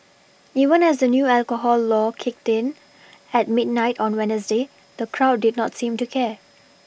even as the new alcohol law kicked in at midnight on wednesday the crowd did not seem to care